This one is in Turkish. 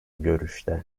görüşte